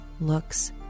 looks